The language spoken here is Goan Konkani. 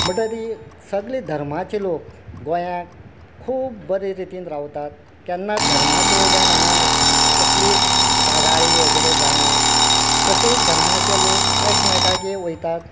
बट तरी सगले धर्माचे लोक गोंयाक खूब बरे रितीन रावतात केन्नाच धर्माचे वयल्यान हांगा कसलीच कागाळी वगरे जायना प्रत्येक धर्माचे लोक एकमेकांगेर वयतात